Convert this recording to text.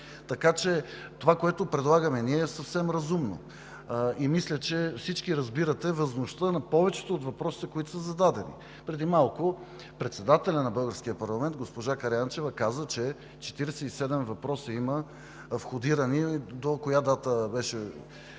Така че това, което предлагаме ние, е съвсем разумно. Мисля, че всички разбирате важността на повечето от въпросите, които са зададени. Преди малко председателят на българския парламент – госпожа Караянчева, каза, че има входирани 47 въпроса, до коя дата беше?